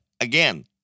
again